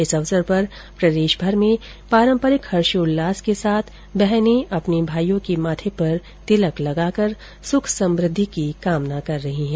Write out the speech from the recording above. इस अवसर पर प्रदेशभर में पारम्परिक हर्षोल्लास के साथ बहने अपने भाईयों के माथे पर तिलक लगाकर सुख समृद्धि की कामना कर रही हैं